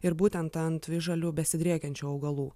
ir būtent ant visžalių besidriekiančių augalų